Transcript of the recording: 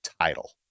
title